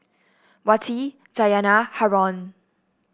Wati Dayana Haron